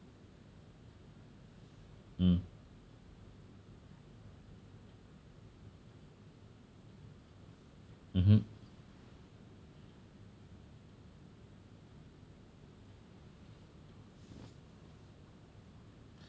mm mm mm